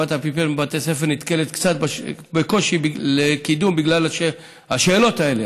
אפיפן בבתי הספר נתקלת בקושי בקידום בגלל השאלות האלה,